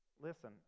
listen